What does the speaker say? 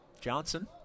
Johnson